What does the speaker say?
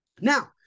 Now